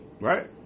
Right